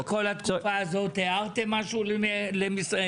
במשך כל התקופה הזו, אתם הערתם משהו לרשות המסים?